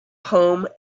home